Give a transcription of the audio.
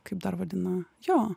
kaip dar vadinam jo